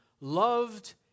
loved